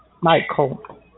michael